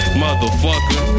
motherfucker